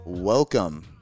Welcome